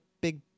big